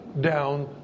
down